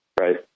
right